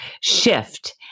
shift